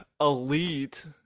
elite